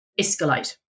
escalate